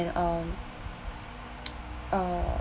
and um uh